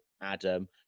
Adam